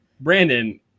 Brandon